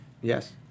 Yes